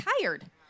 tired